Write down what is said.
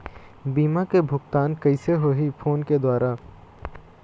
बीमा के भुगतान कइसे होही फ़ोन के द्वारा?